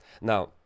Now